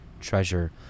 treasure